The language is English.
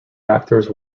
actors